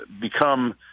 become